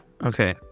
Okay